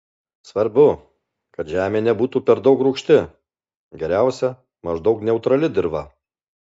svarbu kad žemė nebūtų per daug rūgšti geriausia maždaug neutrali dirva